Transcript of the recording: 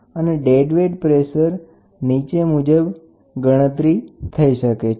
અને dead weight pressure નીચે મુજબ ગણતરી કરી શકાય છે